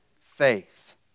faith